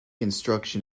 instruction